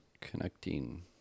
connecting